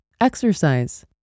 Exercise